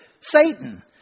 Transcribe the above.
Satan